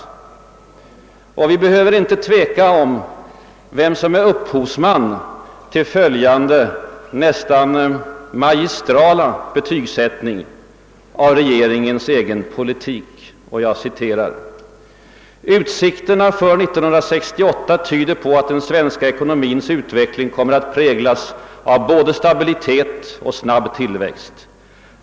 Vi behöver inte tveka om vem som är upphovsman till följande nästan magistrala betygsättning av regeringens egen politik: »... utsikterna för 1968 tyder på att den svenska ekonomins utveckling kommer att präglas av både stabilitet och snabb tillväxt.